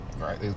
right